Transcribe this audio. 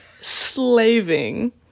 Slaving